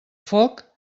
foc